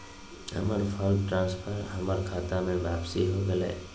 हमर fund transfer हमर खता में वापसी हो गेलय